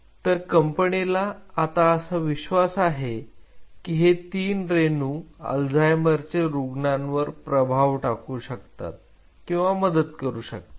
तर कंपनीला आता असा विश्वास आहे की हे तीन रेणू अल्जाइमरचे रुग्णांवर प्रभाव टाकू शकतात किंवा मदत करू शकतात